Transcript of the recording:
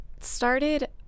started